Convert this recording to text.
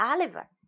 Oliver